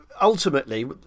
ultimately